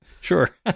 Sure